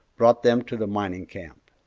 brought them to the mining camp.